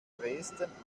dresden